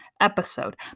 episode